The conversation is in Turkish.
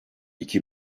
iki